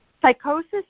Psychosis